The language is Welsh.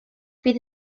bydd